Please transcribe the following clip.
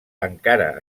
encara